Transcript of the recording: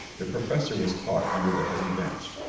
the professor was caught under the heavy bench.